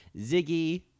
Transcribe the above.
Ziggy